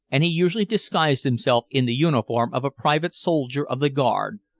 and he usually disguised himself in the uniform of a private soldier of the guard,